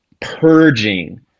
purging